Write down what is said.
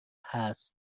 هست